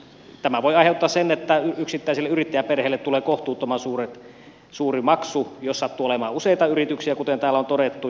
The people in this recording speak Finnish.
tämä voi aiheuttaa sen että yksittäiselle yrittäjäperheelle tulee kohtuuttoman suuri maksu jos sattuu olemaan useita yrityksiä kuten täällä on todettu